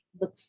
look